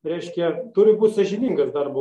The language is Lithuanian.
reiškia turi būt sąžiningas darbo